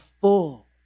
full